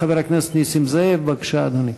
חבר הכנסת נסים זאב, בבקשה, אדוני.